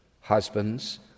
Husbands